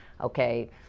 okay